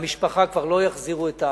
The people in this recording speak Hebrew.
למשפחה כבר לא יחזירו את האבא.